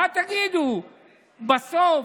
מה תגידו בסוף